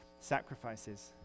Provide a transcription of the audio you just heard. sacrifices